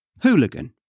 hooligan